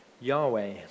Yahweh